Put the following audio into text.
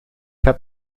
heb